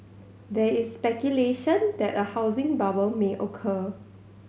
there is speculation that a housing bubble may occur